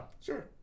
sure